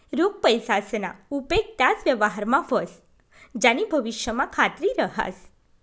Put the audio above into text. रोख पैसासना उपेग त्याच व्यवहारमा व्हस ज्यानी भविष्यमा खात्री रहास